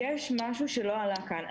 יש משהו שלא עלה כאן.